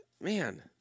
man